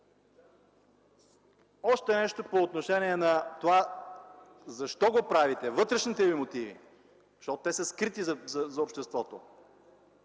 Още нещо по отношение на това защо го правите, вътрешните ви мотиви, защото те са скрити за обществото?